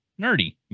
nerdy